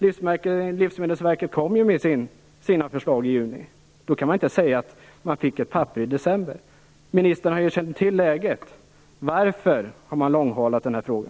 Livsmedelsverket kom ju med sina förslag i juni. Då kan man inte säga att man fick ett papper i december. Ministern har ju känt till läget. Varför har man långhalat denna fråga?